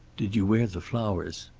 did you wear the flowers?